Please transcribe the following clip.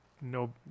no